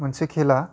मोनसे खेला